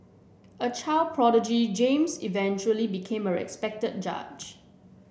a child prodigy James eventually became a respect judge